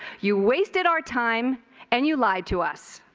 you wasted our time and you lied to us.